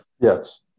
Yes